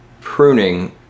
pruning